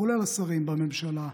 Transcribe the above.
כולל השרים בממשלה,